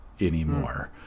anymore